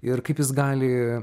ir kaip jis gali